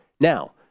Now